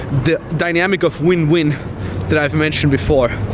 the dynamic of win-win that i've mentioned before.